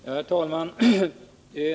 Herr talman!